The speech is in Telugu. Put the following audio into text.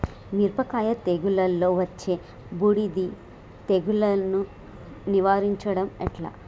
మిరపకాయ తెగుళ్లలో వచ్చే బూడిది తెగుళ్లను నివారించడం ఎట్లా?